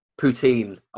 Poutine